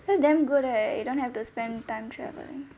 that's damn good leh you don't have to spend time travelling